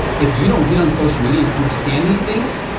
if you don't get on social media, and understand these things,